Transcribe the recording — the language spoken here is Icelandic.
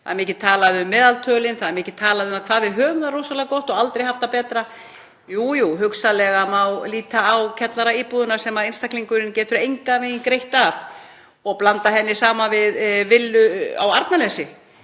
OECD, mikið talað um meðaltölin. Það er mikið talað um hvað við höfum það rosalega gott og aldrei haft það betra. Jú, jú, hugsanlega má líta á kjallaraíbúðina sem einstaklingurinn getur engan veginn greitt af og blanda henni saman við villu á Arnarnesi